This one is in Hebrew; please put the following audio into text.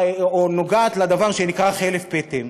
נוגעת בדבר שנקרא "חלף פטם".